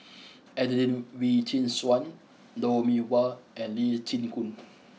Adelene Wee Chin Suan Lou Mee Wah and Lee Chin Koon